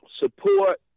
support